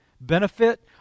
benefit